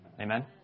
Amen